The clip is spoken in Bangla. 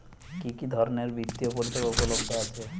কি কি ধরনের বৃত্তিয় পরিসেবা উপলব্ধ আছে?